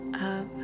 up